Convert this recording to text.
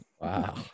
Wow